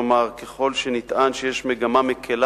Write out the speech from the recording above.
כלומר, ככל שנטען שיש מגמה מקלה